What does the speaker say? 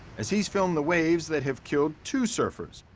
as he's filmed the waves that have killed two surfers,